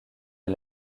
est